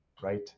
right